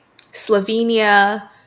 Slovenia